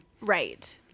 Right